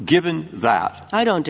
given that i don't